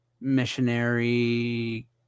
Missionary